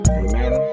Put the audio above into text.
amen